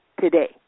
today